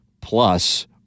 Plus